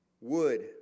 wood